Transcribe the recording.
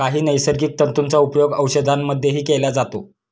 काही नैसर्गिक तंतूंचा उपयोग औषधांमध्येही केला जातो